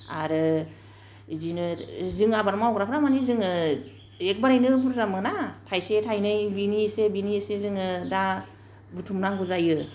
आरो बिदिनो जों आबाद मावग्राफोरा माने जोङो एकबारैनो बुरजा मोना थायसे थायनै बिनि इसे बैनि इसे जोङो दा बुथुमनांगौ जायो